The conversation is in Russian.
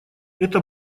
это